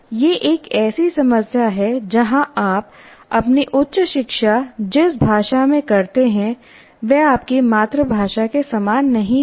यह एक ऐसी समस्या है जहाँ आप अपनी उच्च शिक्षा जिस भाषा में करते हैं वह आपकी मातृभाषा के समान नहीं है